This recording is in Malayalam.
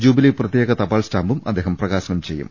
ജൂബിലി പ്രത്യേക തപാൽ സ്റ്റാമ്പും അദ്ദേഹം പ്രകാശനം ചെയ്യും